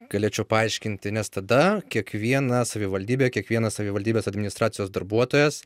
galėčiau paaiškinti nes tada kiekviena savivaldybė kiekvienas savivaldybės administracijos darbuotojas